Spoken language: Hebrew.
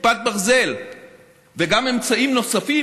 כיפת הברזל וגם אמצעים נוספים,